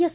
S